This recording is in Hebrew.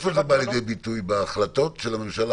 איפה זה בא לידי ביטוי בהחלטות של הממשלה?